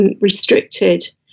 restricted